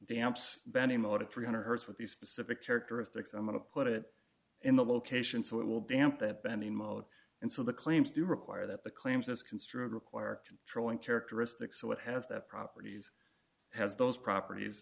the amps beni motor three hundred hertz with the specific characteristics i'm going to put it in the location so it will be amp that benny mode and so the claims do require that the claims as construed require controlling characteristics so what has that properties has those properties